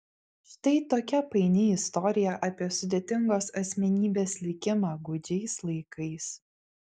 štai tokia paini istorija apie sudėtingos asmenybės likimą gūdžiais laikais